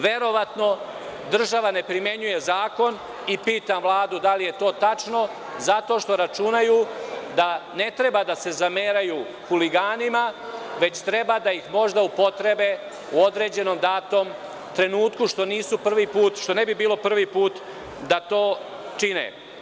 Verovatno država ne primenjuje zakon i pitam Vladu – da li je to tačno, zato što računaju da ne treba da se zameraju huliganima, već treba da ih možda upotrebe u određenom datom trenutku, što nisu prvi put, što ne bi bilo prvi put da to čine.